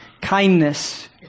kindness